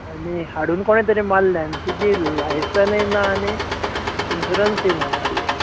आनी हाडून कोणें तरी मारल्या आनी तिगे लायसनूय ना आनी इन्शूरन्सय ना गाडयेक